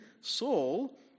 Saul